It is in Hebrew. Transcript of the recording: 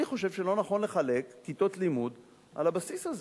אני חושב שלא נכון לחלק כיתות לימוד על הבסיס הזה,